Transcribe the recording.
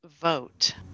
Vote